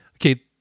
Okay